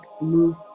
move